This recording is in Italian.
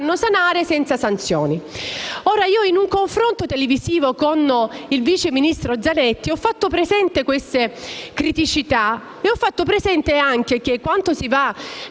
Ora, in un confronto televisivo con il vice ministro Zanetti ho fatto presenti queste criticità ed anche che quanto si va